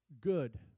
good